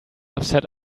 upset